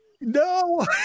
No